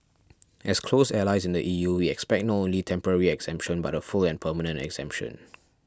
as close allies in the E U we expect not only temporary exemption but a full and permanent exemption